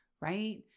right